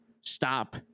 stop